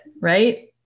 right